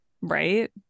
Right